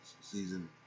season